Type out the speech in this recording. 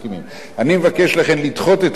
לכן אני מבקש לדחות את כל ההסתייגויות,